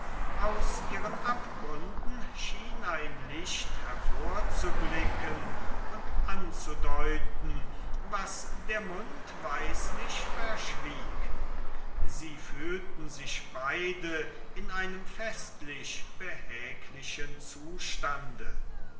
aus ihren abgründen schien ein licht hervorzublicken und anzudeuten was der mund weislich verschwieg sie fühlten sich beide in einem festlich behäglichen zustande